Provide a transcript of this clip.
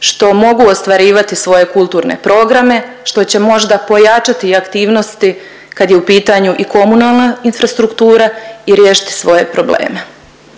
što mogu ostvarivati svoje kulturne programe, što će možda pojačati aktivnosti kad je u pitanju i komunalna infrastruktura i riješiti svoje probleme.